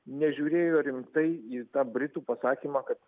nežiūrėjo rimtai į tą britų pasakymą kad